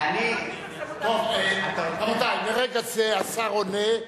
מרגע זה השר עונה.